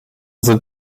sind